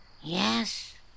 Yes